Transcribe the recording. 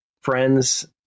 friends